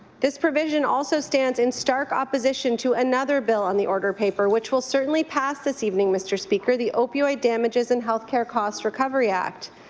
this provision also stands in stark opposition to another bill on the order paper, which will certainly pass this evening, mr. speaker, the opioid damages and health care cost recovery act.